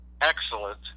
excellent